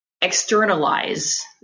externalize